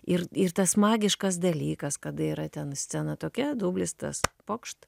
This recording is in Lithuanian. ir ir tas magiškas dalykas kada yra ten scena tokia dublis tas pokšt